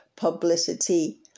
publicity